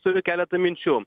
turi keletą minčių